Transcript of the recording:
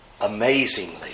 amazingly